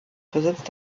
besitzt